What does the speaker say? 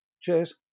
Cheers